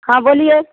हाँ बोलिए